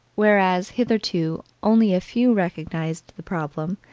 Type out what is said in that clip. whereas, hitherto, only a few recognized the problem,